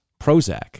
Prozac